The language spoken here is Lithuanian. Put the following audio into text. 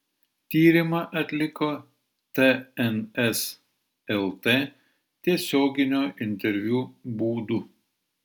tyrimą atliko tns lt tiesioginio interviu būdu